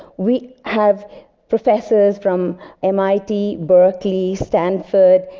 we have professors from mit, berkeley, stanford,